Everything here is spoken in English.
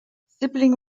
sibling